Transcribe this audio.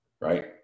right